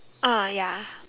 ah ya